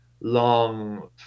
long